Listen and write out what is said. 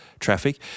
traffic